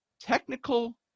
technical